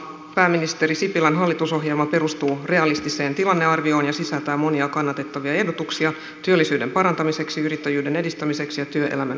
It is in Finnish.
pääministeri sipilän hallitusohjelma perustuu realistiseen tilannearvioon ja sisältää monia kannatettavia ehdotuksia työllisyyden parantamiseksi yrittäjyyden edistämiseksi ja työelämän uudistamiseksi